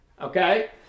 okay